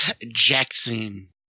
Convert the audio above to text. Jackson